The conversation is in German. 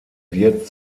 wird